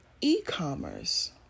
e-commerce